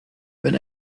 wenn